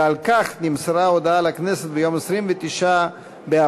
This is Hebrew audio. ועל כך נמסרה הודעה לכנסת ב-29 באפריל